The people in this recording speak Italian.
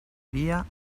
via